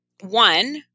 one